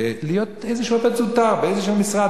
להיות עובד זוטר באיזה משרד,